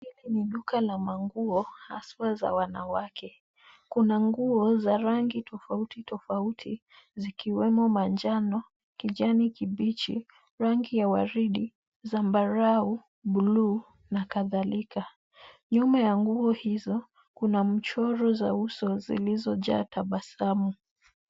Hili ni duka la manguo hasa za wanawake. Kuna nguo za rangi tofauti tofauti zikiwemo manjano, kijani kibichi, rangi ya waridi, zambarau, bluu na kadhalika. Nyuma ya' nguo hizo kuna michoro za uso zilizo jaa tabasamu.